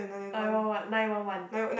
I know what nine one one